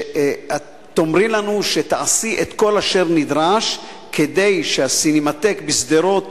תאמרי לנו שתעשי את כל אשר נדרש כדי שהסינמטק בשדרות